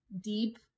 deep